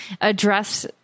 address